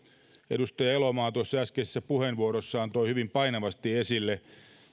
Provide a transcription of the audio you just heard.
edustaja elomaa tuossa äskeisessä puheenvuorossaan toi hyvin painavasti esille